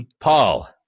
Paul